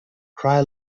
cry